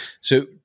So-